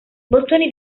bottoni